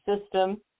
system